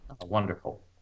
Wonderful